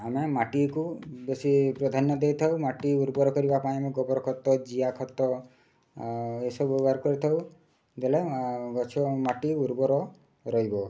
ଆମେ ମାଟିକୁ ବେଶୀ ପ୍ରାଧାନ୍ୟ ଦେଇଥାଉ ମାଟି ଉର୍ବର କରିବା ପାଇଁ ଆମେ ଗୋବର ଖତ ଜିଆ ଖତ ଏସବୁ ବ୍ୟବହାର କରିଥାଉ ଦେଲେ ଗଛ ମାଟି ଉର୍ବର ରହିବ